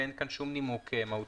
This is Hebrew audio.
ואין כאן שום נימוק מהותי.